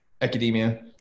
academia